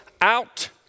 out